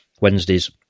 Wednesday's